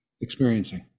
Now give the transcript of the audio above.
experiencing